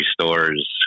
stores